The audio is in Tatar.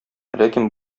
ләкин